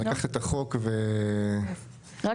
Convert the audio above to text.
אבל זה